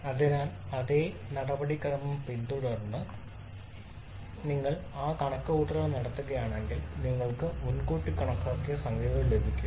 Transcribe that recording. അതിനാൽ അതേ നടപടിക്രമം പിന്തുടർന്ന് നിങ്ങൾ ആ കണക്കുകൂട്ടൽ നടത്തുകയാണെങ്കിൽ നിങ്ങൾക്ക് മുൻകൂട്ടി കണക്കാക്കിയ സംഖ്യകൾ ലഭിക്കും